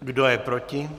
Kdo je proti?